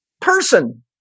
person